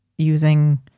using